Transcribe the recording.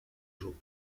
jours